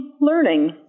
learning